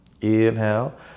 Inhale